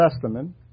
Testament